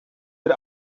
mit